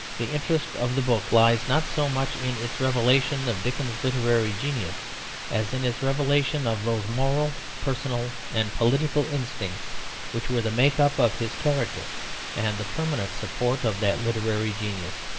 the interest of the book lies not so much in its revelation of dickens's literary genius as in its revelation of those moral, personal, and political instincts which were the make-up of his character and the permanent support of that literary genius.